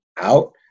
out